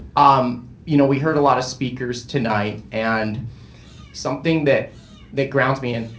um you know we heard a lot of speakers tonight, and something that that grounds me and